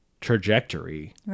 trajectory